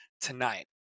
tonight